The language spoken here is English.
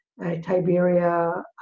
Tiberia